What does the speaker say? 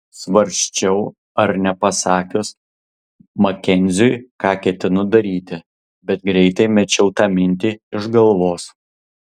svarsčiau ar nepasakius makenziui ką ketinu daryti bet greitai mečiau tą mintį iš galvos